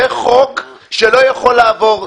זה חוק שלא יכול לעבור.